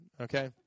Okay